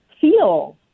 feel